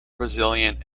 brazilian